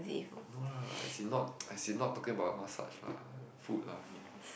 no lah as in not as in not talking about massage lah food I mean